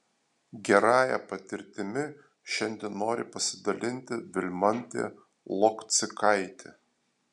gerąja patirtimi šiandien nori pasidalinti vilmantė lokcikaitė